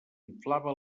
inflava